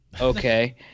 Okay